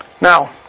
Now